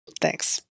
Thanks